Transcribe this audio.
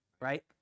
right